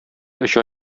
оча